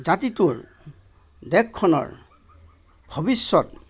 জাতিটোৰ দেশখনৰ ভৱিষ্যৎ